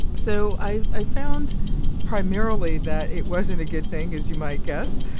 so i found primarily that it wasn't a good thing, as you might guess.